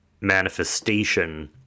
manifestation